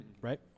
right